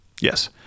Yes